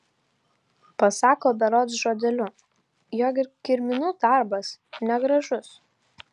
pasako berods žodeliu jog ir kirminų darbas negražus